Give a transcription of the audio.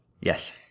Yes